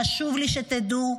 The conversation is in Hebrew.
חשוב לי שתדעו: